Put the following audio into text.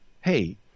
hey